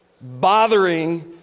bothering